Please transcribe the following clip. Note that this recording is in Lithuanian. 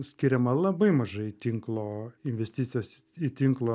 skiriama labai mažai tinklo investicijos į tinklo